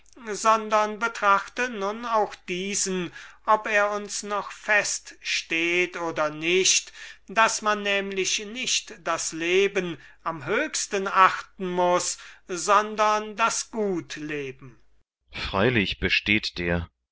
sondern betrachte nun auch diesen ob er uns noch fest steht oder nicht daß man nämlich nicht das leben am höchsten achten muß sondern das gut leben kriton freilich besteht der